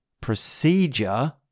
procedure